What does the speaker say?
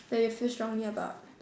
like you feel strongly about